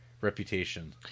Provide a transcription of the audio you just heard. Reputation